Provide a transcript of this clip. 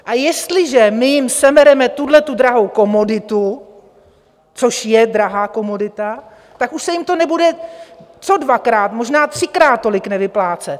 A jestliže jim sebereme tuhle drahou komoditu, což je drahá komodita, tak už se jim to nebude co dvakrát, možná třikrát tolik nevyplácet.